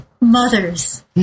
mothers